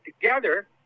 together